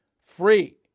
free